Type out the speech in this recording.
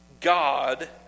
God